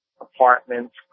apartments